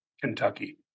Kentucky